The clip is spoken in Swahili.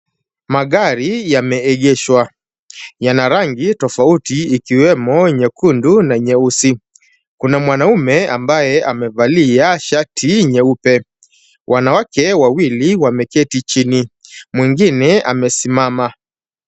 Magari yameegeshwa. Yana rangi tofauti ikiwemo nyekundu na nyeusi. Kuna mwanaume ambaye amevalia shati nyeupe. Wanawake wawili wameketi chini, mwingine amesimama.